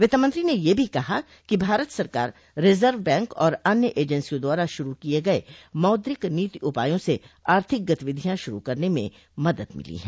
वित्तमंत्री ने यह भी कहा कि भारत सरकार रिजर्व बैंक और अन्य एजेंसियों द्वारा शुरू किये गये मौद्रिक नीति उपायों से आर्थिक गतिविधियां शुरू करने में मदद मिली है